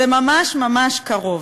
זה ממש ממש קרוב.